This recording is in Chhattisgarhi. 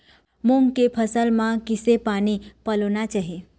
मूंग के फसल म किसे पानी पलोना चाही?